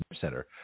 center